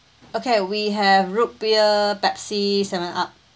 okay we have root beer pepsi seven up